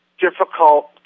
difficult